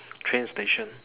train station